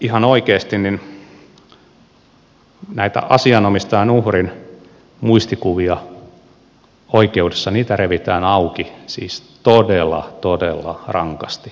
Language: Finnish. ihan oikeasti näitä asianomistajan uhrin muistikuvia oikeudessa revitään auki siis todella todella rankasti